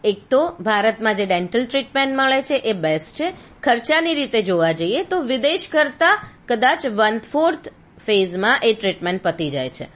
એક તો ભારતમાં જે ડેન્ટલ ટ્રીટમેન્ટ મળે છે એ બેસ્ટ છે ખર્ચાની રીતે જોવા જઈએ તો વિદેશ કરતાં કદાચ વન ફોર્થ ફેઝમાં એ ટ્રીટમેન્ટ પતી જાય છે